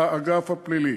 לאגף הפלילי.